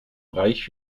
reich